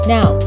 Now